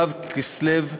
ו' בכסלו התשע"ז,